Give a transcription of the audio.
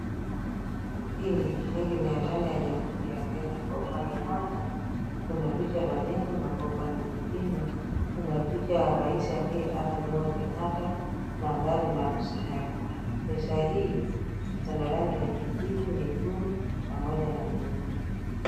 Hii ni shilingi mia tano ya jamuhuri ya Kenya kwa upande moja kuna picha la jengo na kwa upande mwingine kuna picha ya rais aliyeaga Jomo Kenyatta nambari na mistari. Picha hii iko na rangi ya kijivu, nyekundu, pamoja na nyeupe.